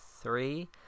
three